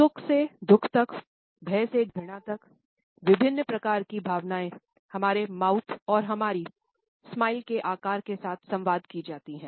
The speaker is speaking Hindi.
सुख से दुःख तक भय से घृणा तक विभिन्न प्रकार की भावनाएँ हमारे माउथ के आकार के साथ संवाद की जाती है